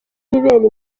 ibibera